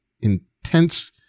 intense